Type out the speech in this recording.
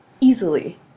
easily